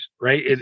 right